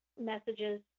messages